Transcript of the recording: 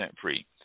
free